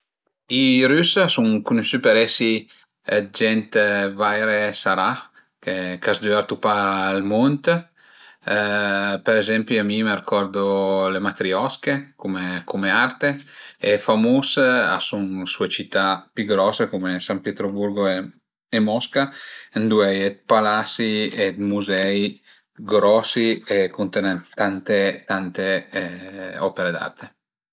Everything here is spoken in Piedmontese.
I rüse a sun cunusü për esi d'gent vaire sarà, ch'a s'düvertu pa al mund, për ezempi mi m'ërcordu le matriosche cume cume arte e famus a sun so cità pi grose cume San Pietroburgo e Mosca ëndua a ie d'palasi e d'muzei grosi cuntenent tante tante opere d'arte